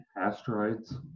asteroids